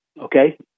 Okay